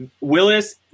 Willis